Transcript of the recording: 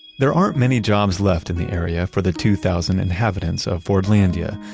there aren't many jobs left in the area for the two thousand inhabitants of fordlandia.